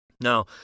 Now